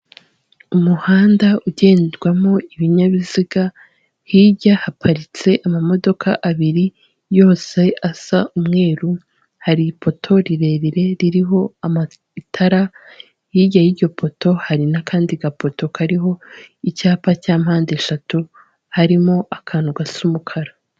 Umuhanda ugendwamo ibinyabiziga hirya haparitse amamodoka abiri yose asa umweru hari ipoto rirerire ririho amatara hirya y'iryo poto hari n'akandi gapoto kariho icyapa cya mpande eshatu harimo akantu gasa umukara.